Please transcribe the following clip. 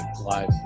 live